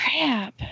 Crap